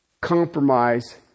compromise